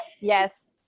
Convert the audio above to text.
Yes